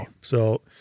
So-